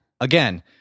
Again